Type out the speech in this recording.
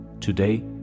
Today